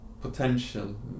potential